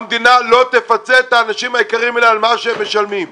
המדינה לא תפצה את האנשים היקרים האלה על מה שהם משלמים.